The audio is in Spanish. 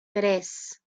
tres